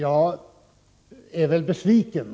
Herr talman!